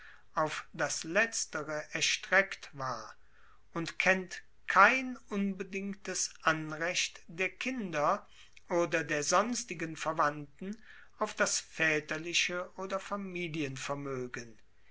auf das letztere erstreckt war und kennt kein unbedingtes anrecht der kinder oder der sonstigen verwandten auf das vaeterliche oder